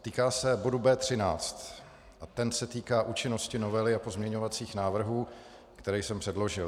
Týká se bodu B13 a ten se týká účinnosti novely a pozměňovacích návrhů, které jsem předložil.